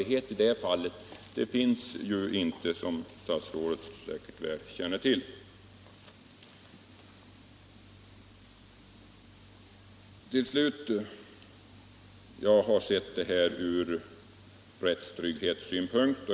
Någon sådan kompensationsmöjlighet finns alltså inte, som statsrådet säkerligen väl känner till. Jag har sett denna fråga ur rättstrygghetssynpunkt.